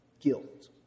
guilt